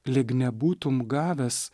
lyg nebūtum gavęs